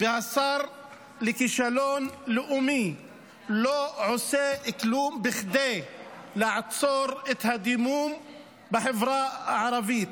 והשר לכישלון לאומי לא עושים כלום כדי לעצור את הדימום בחברה הערבית.